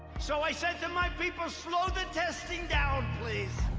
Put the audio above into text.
so i said to my people, slow the testing down, please.